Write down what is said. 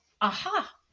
aha